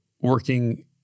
working